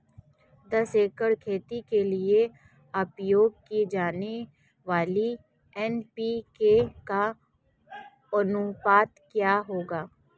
दस एकड़ खेती के लिए उपयोग की जाने वाली एन.पी.के का अनुपात क्या होगा?